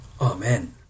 Amen